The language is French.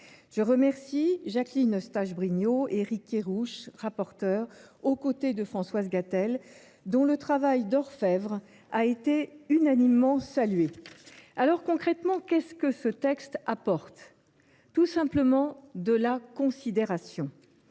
Je remercie Jacqueline Eustache Brinio et Éric Kerrouche, rapporteurs aux côtés de Françoise Gatel, dont le travail d’orfèvre a été unanimement salué. Concrètement, qu’apporte ce texte ? Tout simplement, de la considération